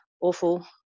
awful